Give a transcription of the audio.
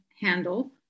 handle